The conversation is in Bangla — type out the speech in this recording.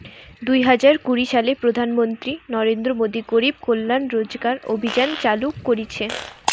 দুই হাজার কুড়ি সালে প্রধান মন্ত্রী নরেন্দ্র মোদী গরিব কল্যাণ রোজগার অভিযান চালু করিছে